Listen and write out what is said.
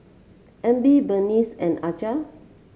Emmy Berneice and Aja